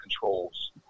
controls